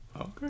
Okay